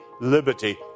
liberty